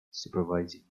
supervising